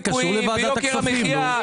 זה קשור לוועדת הכספים.